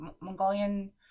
Mongolian